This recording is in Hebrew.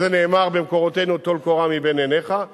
על זה נאמר במקורותינו: "טול קורה מבין עיניך",